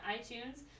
iTunes